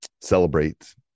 celebrate